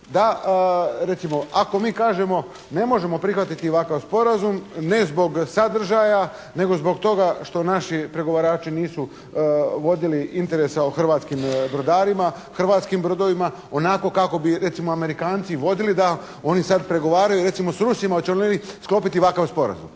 da recimo, ako mi kažemo ne možemo prihvatiti ovakav sporazum, ne zbog sadržaja nego zbog toga što naši pregovarači nisu vodili interesa o hrvatskim brodarima, hrvatskim brodovima onako kako bi recimo Amerikanci vodili da oni sad pregovaraju, recimo s Rusima, hoće li oni sklopiti ovakav sporazum.